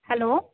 hello